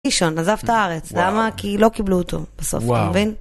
קישון עזב את הארץ, למה? כי לא קיבלו אותו בסוף, וואוו, מבין?